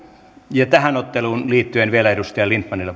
ja tähän otteluun liittyen vielä edustaja lindtmanille